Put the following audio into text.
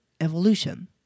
evolution